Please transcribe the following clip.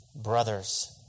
brothers